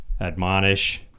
admonish